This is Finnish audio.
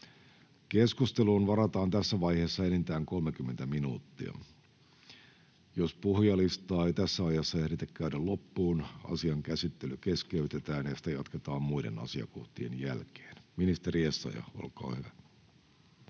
Keskusteluun varataan tässä vaiheessa enintään 30 minuuttia. Jos puhujalistaa ei tässä ajassa ehditä käydä loppuun, asian käsittely keskeytetään ja sitä jatketaan muiden asiakohtien jälkeen. — Ministeri Essayah, olkaa hyvä.